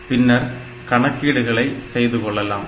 பின்னர் கணக்கீடுகளை செய்து கொள்ளலாம்